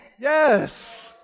Yes